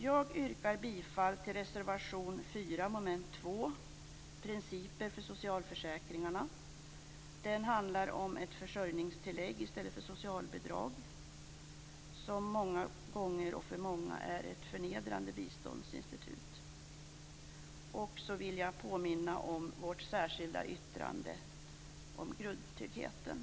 Jag yrkar bifall till reservation 4, under mom. 2, principer för socialförsäkringarna. Den handlar om ett försörjningstillägg i stället för socialbidrag, som många gånger och för många är ett förnedrande biståndsinstitut. Jag vill också påminna om vårt särskilda yttrande om grundtryggheten.